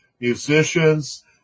musicians